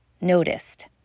noticed